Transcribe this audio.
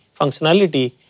functionality